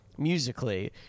musically